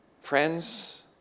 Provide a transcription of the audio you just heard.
Friends